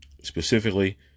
Specifically